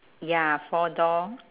ya four door